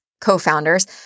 Co-founders